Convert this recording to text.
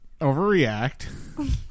overreact